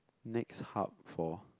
next hub for